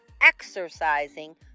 exercising